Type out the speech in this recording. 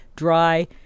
dry